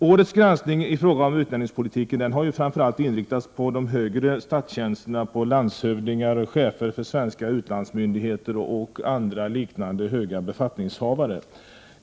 Årets granskning i fråga om utnämningspolitiken har framför allt inriktats på högre statstjänster: landshövdingar, chefer för svenska utlandsmyndigheter och andra liknande höga befattningshavare.